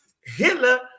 Hitler